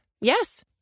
Yes